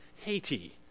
Haiti